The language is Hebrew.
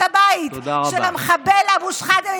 למה לא הורסים את הבית של המחבל אבו שחידם,